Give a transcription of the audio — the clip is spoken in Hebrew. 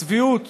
הצביעות